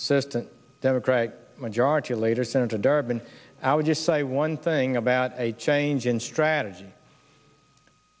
assistant democratic majority leader senator durbin i would just say one thing about a change in strategy